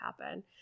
happen